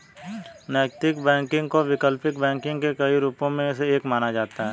नैतिक बैंकिंग को वैकल्पिक बैंकिंग के कई रूपों में से एक माना जाता है